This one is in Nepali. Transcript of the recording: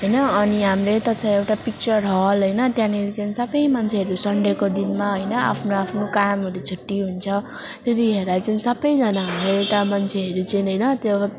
होइन अनि हाम्रो यता छ एउटा पिक्चर हल होइन त्यहाँनिर चाहिँ सबै मान्छेहरू सनडेको दिनमा होइन आफ्नो आफ्नो कामहरू छुट्टी हुन्छ त्यतिखेर चाहिँ सबैजनाले यता मान्छेहरू चाहिँ होइन त्यो